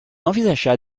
envisagea